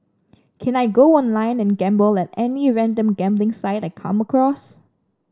can I go online and gamble at any random gambling site I come across